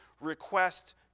request